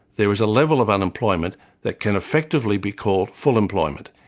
there was a level of unemployment that can effectively be called full employment,